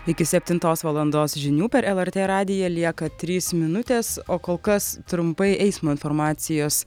iki septintos valandos žinių per lrt radiją lieka trys minutės o kol kas trumpai eismo informacijos